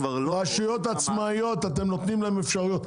רשויות עצמאיות אתם נותנים להן חיזוק,